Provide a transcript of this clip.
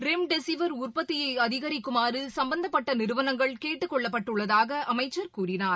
remdesivir அதிகரிக்குமாறு சம்பந்தப்பட்ட நிறுவனங்கள் கேட்டுக்கொள்ளப்பட்டுள்ளதாக அமைச்சர் கூறினார்